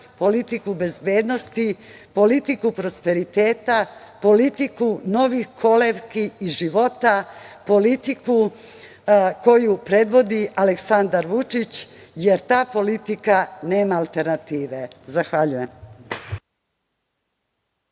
politiku bezbednosti, politiku prosperiteta, politiku novih kolevki i života, politiku koju predvodi Aleksandar Vučić, jer ta politika nema alternative. Zahvaljujem.